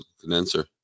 condenser